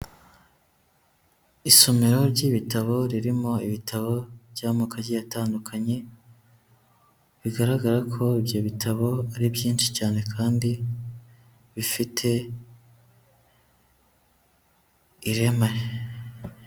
Isomero ry'ibitabo ririmo ibitabo by'amoko agiye atandukanye, bigaragara ko ibyo bitabo ari byinshi cyane kandi bifite ireme.